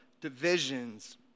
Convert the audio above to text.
divisions